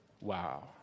Wow